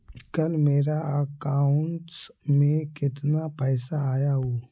कल मेरा अकाउंटस में कितना पैसा आया ऊ?